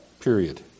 period